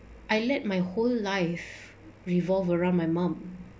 I let my whole life revolve around my mom